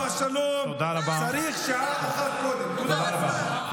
תודה רבה.